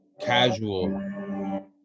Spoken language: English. casual